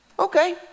Okay